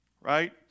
Right